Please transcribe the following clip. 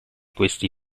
questi